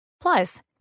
Plus